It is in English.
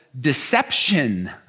deception